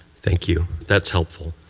thank you. that's helpful.